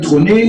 הביטחוני.